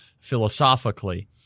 philosophically